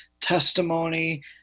testimony